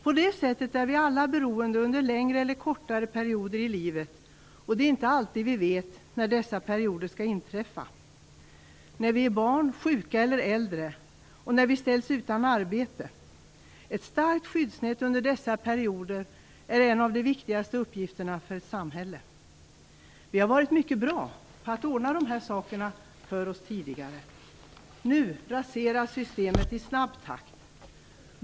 På det sättet är vi alla beroende under längre eller kortare perioder i livet, och det är inte alltid vi vet när dessa perioder skall inträffa. Under de perioder då vi är barn, sjuka eller äldre och när vi ställs utan arbete är ett starkt skyddsnät en av de viktigaste uppgifterna för ett samhälle. Vi har varit mycket bra på att ordna de här sakerna för oss tidigare. Nu raseras systemet i snabb takt.